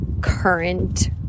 current